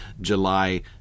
july